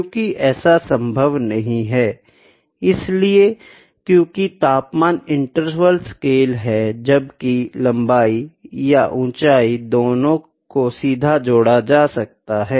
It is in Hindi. क्योकि ऐसा संभव नहीं है इसलिए क्योकि तापमान इनटर्वल स्केल है जबकि लम्बाई या ऊंचाई दोनों को सीधे जोड़ा जा सकता है